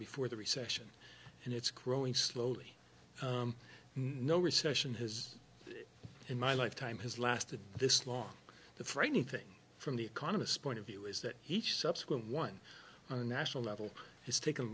before the recession and it's growing slowly no recession has in my lifetime has lasted this long the frightening thing from the economist point of view is that he chose subsequent one on a national level has tak